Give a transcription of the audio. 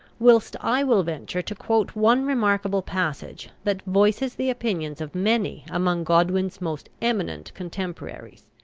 whilst i will venture to quote one remarkable passage that voices the opinions of many among godwin's most eminent contemporaries.